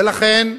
ולכן,